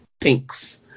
Thanks